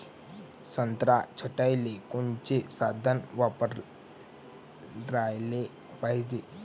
संत्रा छटाईले कोनचे साधन वापराले पाहिजे?